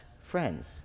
friends